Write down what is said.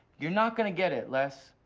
you're not gonna get it, les.